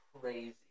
crazy